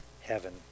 heaven